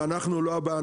ואנחנו לא הבעיה,